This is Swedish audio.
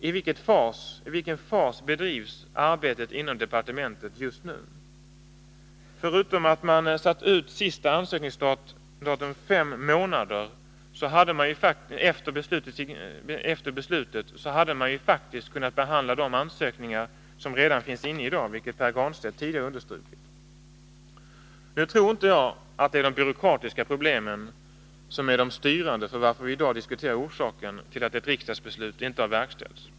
I vilken fas bedrivs arbetet inom departementet just nu? Förutom att man satt ut sista ansökningsdatum fem månader efter riksdagsbeslutet hade man faktiskt kunnat behandla alla de ansökningar som i dag inlämnats, vilket Pär Granstedt tidigare understrukit. Nu tror jag inte att det är de byråkratiska problemen som varit styrande för att vi i dag diskuterar orsaken till att ett riksdagsbeslut inte har verkställts.